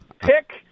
Pick